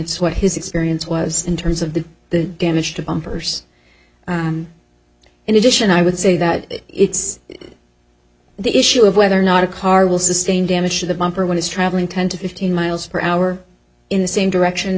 what his experience was in terms of the the damage to bumpers in addition i would say that it's the issue of whether or not a car will sustain damage to the bumper when it's traveling ten to fifteen miles per hour in the same direction